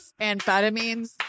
amphetamines